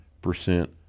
percent